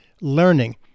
learning